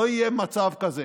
לא יהיה מצב כזה